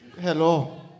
Hello